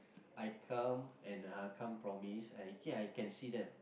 I come and I can't promise actually I can see them